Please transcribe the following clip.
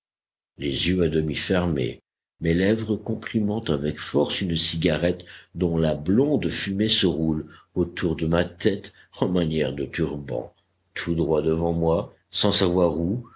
les yeux à demi fermés mes lèvres comprimant avec force une cigarette dont la blonde fumée se roule autour de ma tête en manière de turban tout droit devant moi sans savoir où